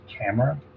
camera